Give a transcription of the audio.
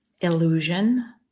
illusion